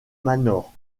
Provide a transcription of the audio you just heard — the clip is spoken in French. manor